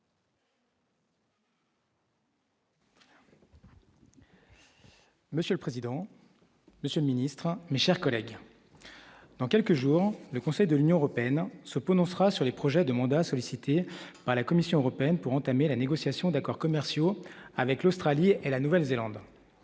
Monsieur le président, Monsieur le ministre, mais chers collègues dans quelques jours, le Conseil de l'Union européenne se prononcera sur les projets de mandat sollicité par la Commission européenne pour entamer la négociation d'accords commerciaux avec l'Australie et la Nouvelle-Zélande.